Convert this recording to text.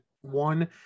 one